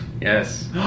Yes